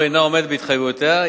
או אינה עומדת בהתחייבויותיה,